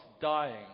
dying